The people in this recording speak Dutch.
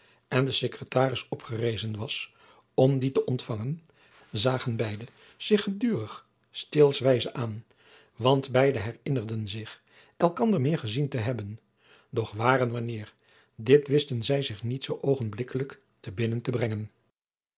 en de secretaris opgerezen was om die te ontfangen zagen beide zich gedurig steelswijze aan want beide herinnerden zich elkander meer gezien te hebben doch waar en wanneer dit wisten zij zich niet zoo oogenblikkelijk te binnen te brengen